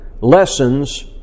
lessons